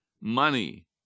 money